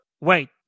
wait